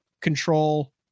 control